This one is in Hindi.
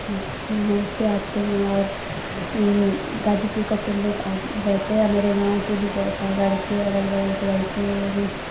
बनारस से आते हैं और गाजीपुर का तो लोग आत रहते हैं मेरे गाँव के बहुत सारे लड़के अगल बगल के लड़के वो भी